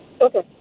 Okay